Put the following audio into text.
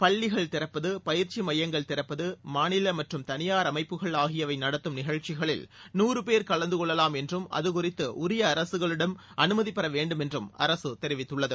பள்ளிகள் திறப்பது பயிற்சி மையங்கள் திறப்பது மாநில மற்றம் தனியார் அமைப்புகள் ஆகியவை நடத்தம் நிகழ்ச்சிகளில் நூறு பேர் கலந்து கொள்ளலாம் என்றும் அது குறித்து உரிய அரசகளிடம் அனுமதி பெற வேண்டும் என்றும் அரசு தெரிவித்துள்ளது